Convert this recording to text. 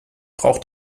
braucht